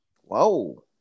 Whoa